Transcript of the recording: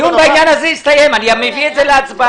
הדיון בעניין הזה הסתיים, אני מביא את זה להצבעה.